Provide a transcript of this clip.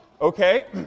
Okay